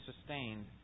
sustained